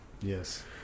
Yes